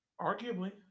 Arguably